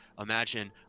imagine